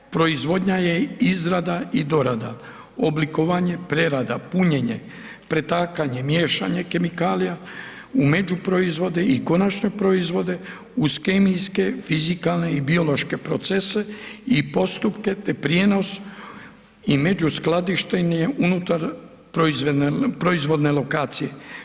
Proizvodnja je izrada i dorada, oblikovanje, prerada, punjenje, pretakanje, miješanje kemikalija u međuproizvode i konačne proizvode uz kemijske, fizikalne i biološke procese i postupke, te prijenos i međuskladištenje unutar proizvode lokacije.